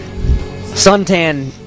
Suntan